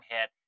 hit